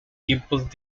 tiempos